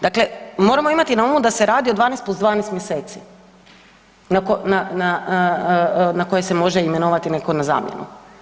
Dakle, moramo imati na umu da se radi o 12 + 12 mjeseci na koje se može imenovati neko na zamjenu.